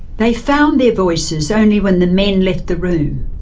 they found their voices only when the men left the room,